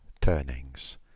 turnings